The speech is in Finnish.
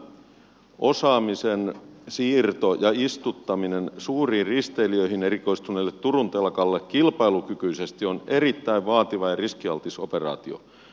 tämän osaamisen siirto ja istuttaminen suuriin risteilijöihin erikoistuneelle turun telakalle kilpailukykyisesti on erittäin vaativa ja riskialtis operaatio